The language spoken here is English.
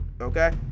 Okay